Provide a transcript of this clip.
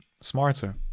smarter